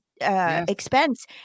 expense